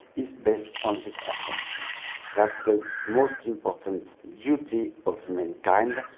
is based on this assumption that the most important duty of mankind,